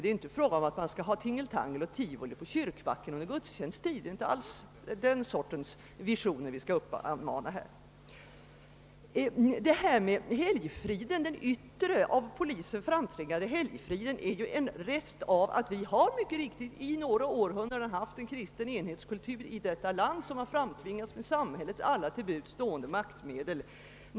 Det är ju inte fråga om att man skall ha tingeltangel eller tivoli på kyrkbacken under gudstjänsttid — vi skall inte mana fram den sortens visioner. Detta med helgfriden — den yttre, av polisen framtvingade helgfriden — är ju en rest av att vi under några århundraden haft en kristen enhetskultur i detta land, som har framtvingats med alla för samhället till buds stående maktmedel.